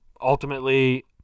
Ultimately